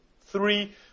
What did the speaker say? three